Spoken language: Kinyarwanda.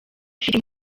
ufite